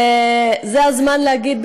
וזה הזמן להגיד,